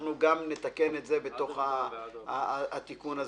אנחנו נתקן את זה גם בהצעת החוק הזאת.